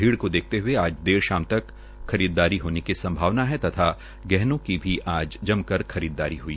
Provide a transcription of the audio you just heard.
भीड़ को देखते हए आज देर शाम तक खरीददारी होने की संभावना है तथा गहनों की भी जमकर खरीददारी हई